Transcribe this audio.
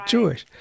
Jewish